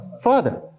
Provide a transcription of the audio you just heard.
Father